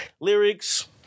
Lyrics